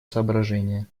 соображения